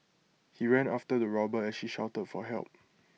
he ran after the robber as she shouted for help